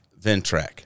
Ventrac